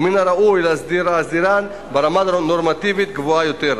ומן הראוי להסדירן ברמה נורמטיבית גבוהה יותר.